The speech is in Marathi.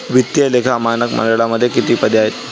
वित्तीय लेखा मानक मंडळामध्ये किती पदे आहेत?